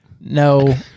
No